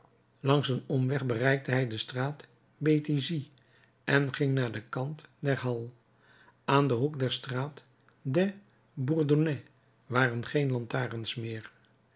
langs een omweg bereikte hij de straat béthisy en ging naar den kant der halles aan den hoek der straat des bourdonnais waren geen lantaarns meer